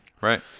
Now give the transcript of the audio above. Right